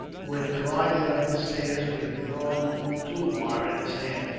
who had glided up the stairs, with a drawn tulwar in his hand.